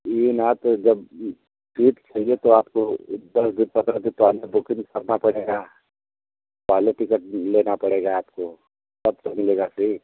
ई न तो जब सीट चाहिए तो आपको दस दिन पन्द्रह दिन पहले बुकिंग करना पड़ेगा पहले टिकट लेना पड़ेगा आपको तब तो मिलेगा सीट